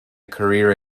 career